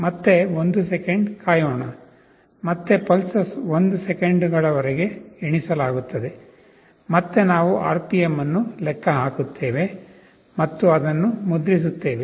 ಮತ್ತೆ 1 ಸೆಕೆಂಡ್ ಕಾಯೋಣ ಮತ್ತೆ pulses 1 ಸೆಕೆಂಡುಗಳವರೆಗೆ ಎಣಿಸಲಾಗುತ್ತದೆ ಮತ್ತೆ ನಾವು RPM ಅನ್ನು ಲೆಕ್ಕ ಹಾಕುತ್ತೇವೆ ಮತ್ತು ಅದನ್ನು ಮುದ್ರಿಸುತ್ತೇವೆ